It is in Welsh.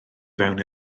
fewn